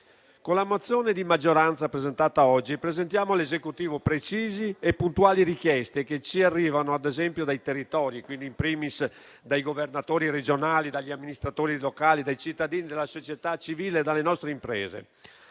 Con la mozione di maggioranza presentata oggi, sottoponiamo all'Esecutivo precise e puntuali richieste che ci arrivano, ad esempio, dai territori, quindi *in primis* dai Governatori regionali, dagli amministratori locali, dai cittadini, dalla società civile e dalle nostre imprese.